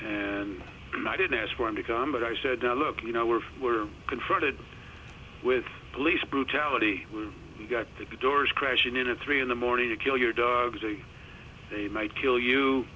and i didn't ask for him to come but i said look you know we're we're confronted with police brutality we've got the doors crashing in a three in the morning to kill your dogs a they might kill you